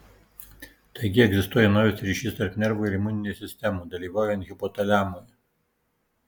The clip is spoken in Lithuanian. taigi egzistuoja naujas ryšys tarp nervų ir imuninės sistemų dalyvaujant hipotaliamui